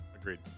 Agreed